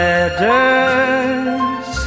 Letters